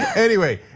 anyway.